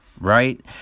Right